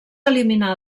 eliminar